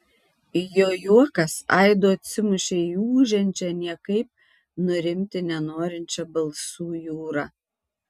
jo juokas aidu atsimušė į ūžiančią niekaip nurimti nenorinčią balsų jūrą